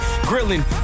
Grilling